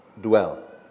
dwell